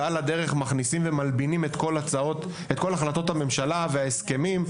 ועל הדרך מכניסים ומלבינים את כל החלטות הממשלה וההסכמים,